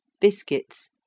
biscuits